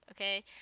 Okay